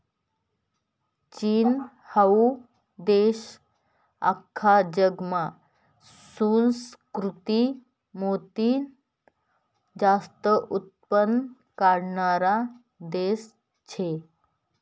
चीन हाऊ देश आख्खा जगमा सुसंस्कृत मोतीनं जास्त उत्पन्न काढणारा देश शे